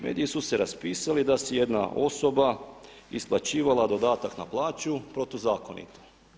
Mediji su se raspisali da si je jedna osoba isplaćivala dodatak na plaću protuzakonito.